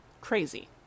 Crazy